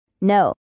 No